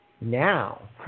Now